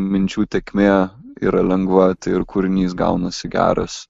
minčių tėkmė yra lengva tai ir kūrinys gaunasi geras